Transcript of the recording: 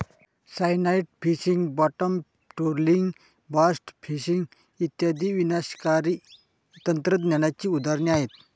cyanide fishing, bottom trolling, blast fishing इत्यादी विनाशकारी तंत्रज्ञानाची उदाहरणे आहेत